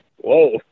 whoa